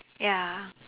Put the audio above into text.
ya